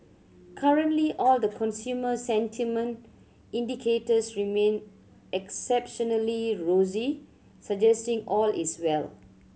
currently all the consumer sentiment indicators remain exceptionally rosy suggesting all is well